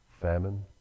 famine